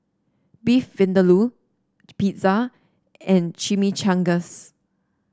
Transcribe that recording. Beef Vindaloo Pizza and Chimichangas